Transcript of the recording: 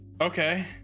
Okay